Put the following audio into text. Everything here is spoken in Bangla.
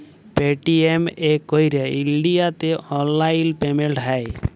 পেটিএম এ ক্যইরে ইলডিয়াতে অললাইল পেমেল্ট হ্যয়